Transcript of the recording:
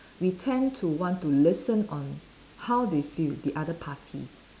we tend to want to listen on how they feel the other party